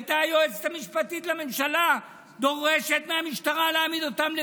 היועצת המשפטית לממשלה הייתה דורשת מהמשטרה להעמיד אותם לדין,